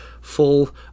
full